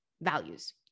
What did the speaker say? values